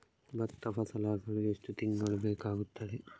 ಭತ್ತ ಫಸಲಾಗಳು ಎಷ್ಟು ತಿಂಗಳುಗಳು ಬೇಕಾಗುತ್ತದೆ?